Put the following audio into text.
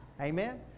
Amen